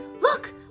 look